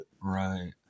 Right